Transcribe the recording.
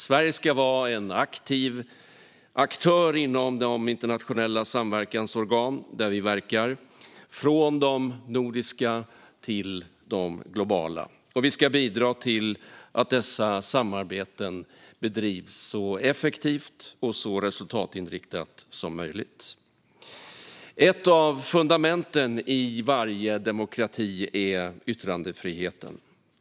Sverige ska vara en aktiv aktör inom de internationella samverkansorgan där vi verkar, från de nordiska till de globala, och vi ska bidra till att dessa samarbeten bedrivs så effektivt och resultatinriktat som möjligt. Ett av fundamenten i varje demokrati är yttrandefriheten.